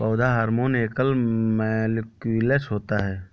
पौधा हार्मोन एकल मौलिक्यूलस होता है